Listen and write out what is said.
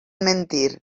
mentir